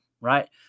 Right